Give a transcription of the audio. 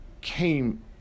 came